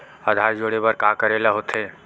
आधार जोड़े बर का करे ला होथे?